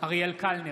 אריאל קלנר,